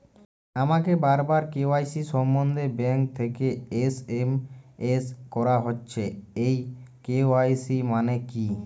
আমাকে বারবার কে.ওয়াই.সি সম্বন্ধে ব্যাংক থেকে এস.এম.এস করা হচ্ছে এই কে.ওয়াই.সি মানে কী?